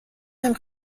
نمی